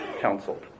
counseled